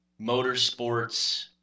motorsports